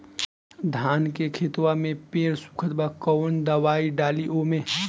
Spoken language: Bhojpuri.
धान के खेतवा मे पेड़ सुखत बा कवन दवाई डाली ओमे?